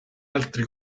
altri